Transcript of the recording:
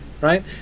right